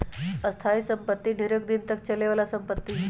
स्थाइ सम्पति ढेरेक दिन तक चले बला संपत्ति हइ